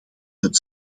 het